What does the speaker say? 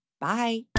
Bye